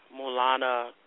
Mulana